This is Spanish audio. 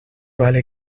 vale